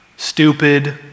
Stupid